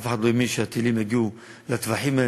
אף אחד לא האמין שהטילים יגיעו לטווחים האלה,